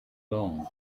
long